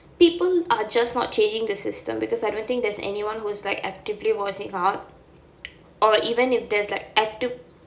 people are just not changing the system because I don't think there's anyone who is like actively voicing out or even if there's like active